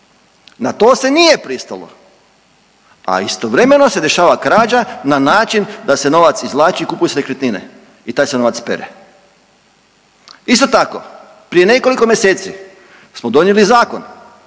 Na to se nije pristalo, a istovremeno se dešava krađa na način da se novac izvlači i kupuju se nekretnine i taj se novac pere. Isto tako prije nekoliko mjeseci smo donijeli zakon